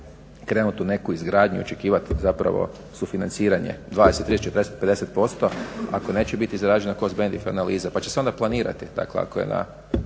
krenuti u neku izgradnju i očekivati zapravo sufinanciranje 20, 30, 40, 50% ako neće biti izrađena cost benefit analiza. Pa će se onda planirati, dakle ako je na